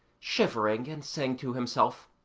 shivering, and saying to himself,